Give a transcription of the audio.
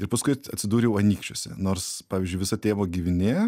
ir paskui atsidūriau anykščiuose nors pavyzdžiui visa tėvo giminė